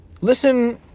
listen